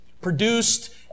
produced